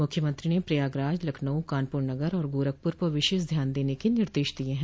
मुख्यमंत्री ने प्रयागराज लखनऊ कानपुर नगर और गोरखप्र पर विशेष ध्यान देने के निर्देश दिये हैं